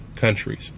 countries